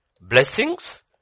Blessings